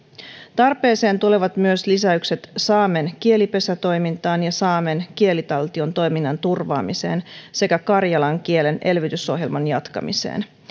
tarpeeseen tulevat myös lisäykset saamen kielipesätoimintaan ja saamen kielikaltion toiminnan turvaamiseen sekä karjalan kielen elvytysohjelman jatkamiseen